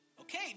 Okay